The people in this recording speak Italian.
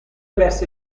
verso